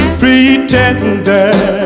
pretender